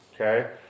okay